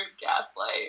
gaslight